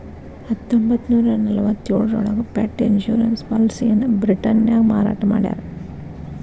ಹತ್ತೊಂಬತ್ತನೂರ ನಲವತ್ತ್ಯೋಳರಾಗ pet insurance ಪಾಲಿಸಿಯನ್ನ ಬ್ರಿಟನ್ನ್ಯಾಗ ಮಾರಾಟ ಮಾಡ್ಯಾರ